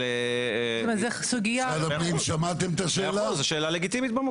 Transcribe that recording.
זו שאלה לגיטימית.